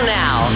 now